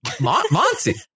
Monty